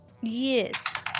Yes